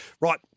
Right